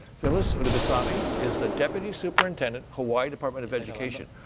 phyllis unebasami is the deputy superintendent, hawaii department of education.